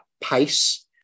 pace